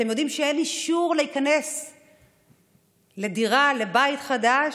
אתם יודעים שאין אישור להיכנס לדירה, לבית חדש,